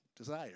Desire